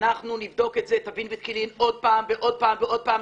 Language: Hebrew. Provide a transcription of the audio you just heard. אנחנו נבדוק את זה טבין ותקילין עוד פעם ועוד פעם ועוד פעם,